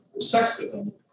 sexism